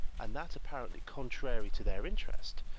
and that apparently contrary to their interest,